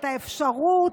את האפשרות,